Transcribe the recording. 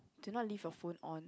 do not leave your phone on